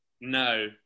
No